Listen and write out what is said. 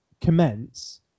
commence